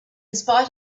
spite